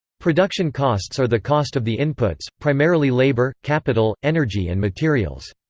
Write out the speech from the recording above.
production costs are the cost of the inputs primarily labor, capital, energy and materials.